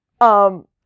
um-